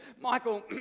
Michael